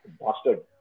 bastard